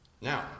Now